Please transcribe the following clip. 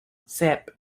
sep